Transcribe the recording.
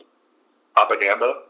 propaganda